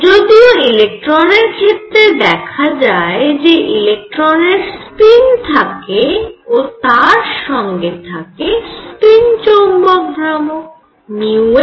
যদিও ইলেকট্রনের ক্ষেত্রে দেখা যায় যে ইলেকট্রনের স্পিন থাকে ও তার সঙ্গে থাকে স্পিন চৌম্বক ভ্রামক s